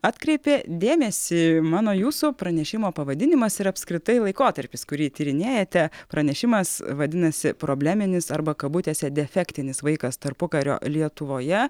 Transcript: atkreipė dėmesį mano jūsų pranešimo pavadinimas ir apskritai laikotarpis kurį tyrinėjate pranešimas vadinasi probleminis arba kabutėse defektinis vaikas tarpukario lietuvoje